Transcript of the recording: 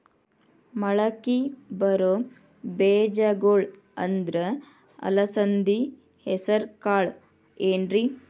ಮಳಕಿ ಬರೋ ಬೇಜಗೊಳ್ ಅಂದ್ರ ಅಲಸಂಧಿ, ಹೆಸರ್ ಕಾಳ್ ಏನ್ರಿ?